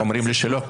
אומרים לי שלא.